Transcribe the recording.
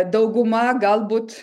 dauguma galbūt